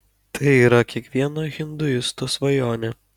tai yra kiekvieno hinduisto svajonė